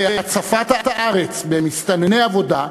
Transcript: והצפת הארץ במסתנני עבודה,